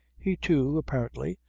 he, too, apparently,